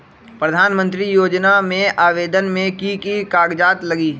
प्रधानमंत्री योजना में आवेदन मे की की कागज़ात लगी?